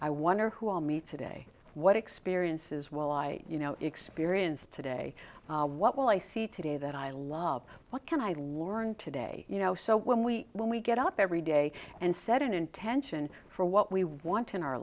i wonder who are me today what experiences were like you know experience today what will i see today that i love what can i learn today you know so when we when we get up every day and set an intention for what we want in our